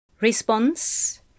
Response